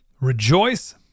rejoice